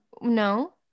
no